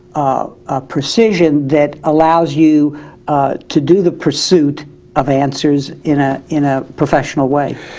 a precision that allows you to do the pursuit of answers in ah in a professional way.